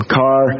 car